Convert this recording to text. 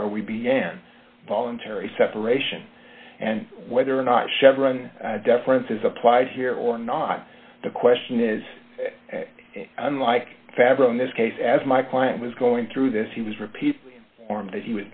to where we began voluntary separation and whether or not chevron deference is applied here or not the question is unlike fabro in this case as my client was going through this he was repeatedly armed that he